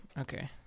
Okay